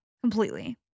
Completely